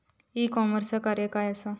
E कॉमर्सचा कार्य काय असा?